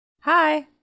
Hi